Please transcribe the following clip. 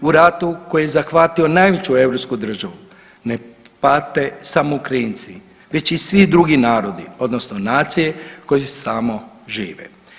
U ratu koji je zahvatio najveću europsku državu ne pate samo Ukrajinci već i svi drugi narodi odnosno nacije koje tamo žive.